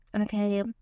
Okay